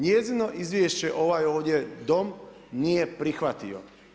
Njezino izvješće ovaj ovdje Dom nije prihvatio.